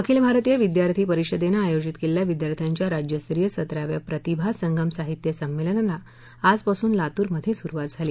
अखिल भारतीय विद्यार्थ्यी परिषदेने आयोजित केलेल्या विद्यार्थ्यांच्या राज्यस्तरीय सतराव्या प्रतिभा संगम साहित्य संमेलनाला आजपासून लातूरमध्ये सुरुवात झाली